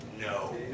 no